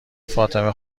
فاطمه